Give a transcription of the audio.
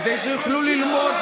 כדי שיוכלו ללמוד,